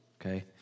Okay